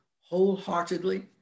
wholeheartedly